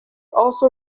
also